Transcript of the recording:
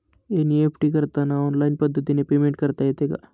NEFT करताना online पद्धतीने payment करता येते का?